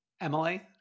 Emily